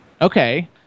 Okay